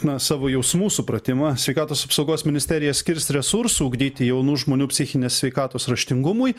na savo jausmų supratimą sveikatos apsaugos ministerija skirs resursų ugdyti jaunų žmonių psichinės sveikatos raštingumui